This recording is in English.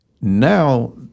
Now